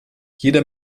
jeder